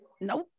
Nope